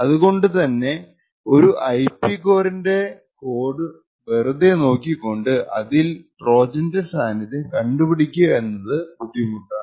അതുകൊണ്ടു ഒരു ഐപി കോറിന്റെ കോഡ് വെറുതെ നോക്കികൊണ്ട് അതിൽ ട്രോജൻറെ സാനിധ്യം കണ്ടുപിടിക്കാൻ കഴിയില്ല